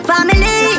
Family